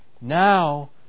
now